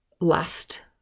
last